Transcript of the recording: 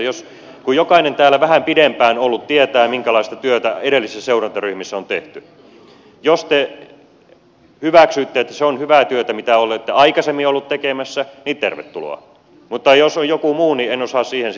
kun jokainen täällä vähän pidempään ollut tietää minkälaista työtä edellisissä seurantaryhmissä on tehty niin jos te hyväksytte että se on hyvää työtä mitä olette aikaisemmin olleet tekemässä niin tervetuloa mutta jos on joku muu niin en osaa siirsi